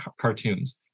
cartoons